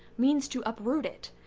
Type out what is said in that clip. means to uproot it,